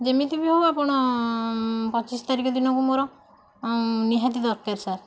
ଯେମିତିବି ହଉ ଆପଣ ପଚିଶ ତାରିଖ ଦିନକୁ ମୋର ନିହାତି ଦରକାର ସାର୍